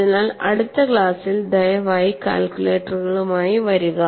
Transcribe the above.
അതിനാൽ അടുത്ത ക്ലാസിൽ ദയവായി കാൽക്കുലേറ്ററുകളുമായി വരിക